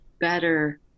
better